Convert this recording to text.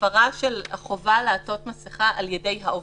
הפרת החובה לעטות מסיכה על-ידי העובדים,